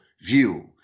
view